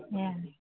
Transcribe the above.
সেয়া